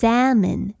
Salmon